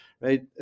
right